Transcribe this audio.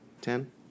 Ten